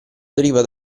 deriva